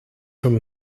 whom